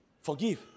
forgive